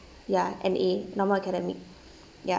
ya N_A normal academic ya